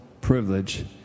privilege